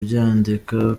byandika